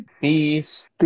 Peace